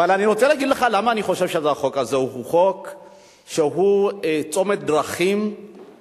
אבל אני רוצה להגיד לך למה אני חושב שהחוק הזה הוא צומת דרכים בהתהוותה,